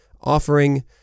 offering